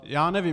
Já nevím.